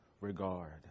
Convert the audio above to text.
regard